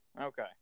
Okay